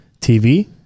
TV